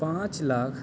پانچ لاکھ